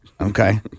Okay